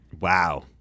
Wow